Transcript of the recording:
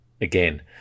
again